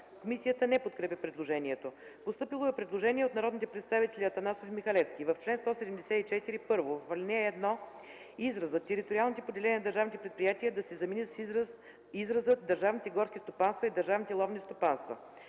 Комисията не подкрепя предложението. Постъпило е предложение от народните представители Пенко Атанасов и Димчо Михалевски: „В чл. 174: 1. В ал. 1 изразът „Териториалните поделения на държавните предприятия” да се замени с изразът „Държавните горски стопанства и държавните ловни стопанства”.